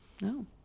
no